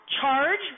charge